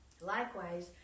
Likewise